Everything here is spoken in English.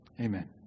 Amen